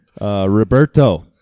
roberto